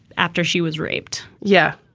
after she was raped. yeah.